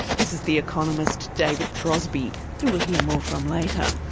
this is the economist david throsby, who we'll hear more from later.